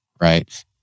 right